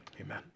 Amen